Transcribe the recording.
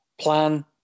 plan